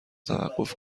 توقف